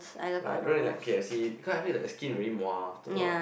ya I don't really like K_F_C cause I feel the skin very mua after awhile